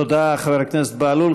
תודה, חבר הכנסת בהלול.